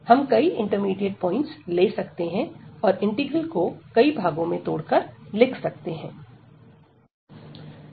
हम कई intermediate points ले सकते हैं और इंटीग्रल को कई भागों में तोड़कर लिख सकते हैं